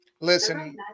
Listen